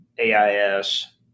AIS